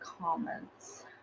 comments